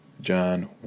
John